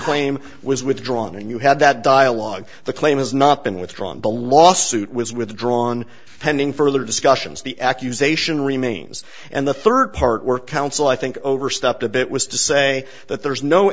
claim was withdrawn and you had that dialogue the claim has not been withdrawn the lawsuit was withdrawn pending further discussions the accusation remains and the third part work council i think overstepped a bit was to say that there is no